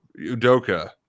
Udoka